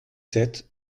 sept